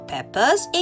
Peppers